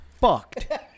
fucked